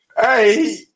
Hey